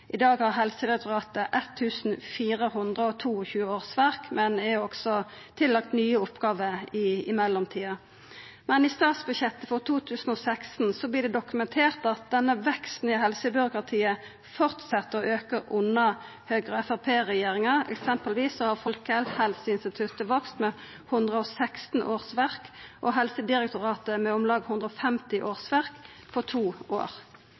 I dag har Helsedirektoratet 1 422 årsverk, men er også tillagt nye oppgåver i mellomtida. Men i statsbudsjettet for 2016 vert det dokumentert at denne veksten i helsebyråkratiet fortset å auka under Høgre–Framstegsparti-regjeringa. Eksempelvis har Folkehelseinstituttet vakse med 116 årsverk, og Helsedirektoratet med om lag 150 årsverk på to år.